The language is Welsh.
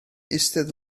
eistedd